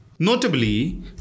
Notably